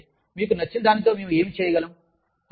సరే మంచిది మీకు నచ్చిన దానితో మేము ఏమి చేయగలం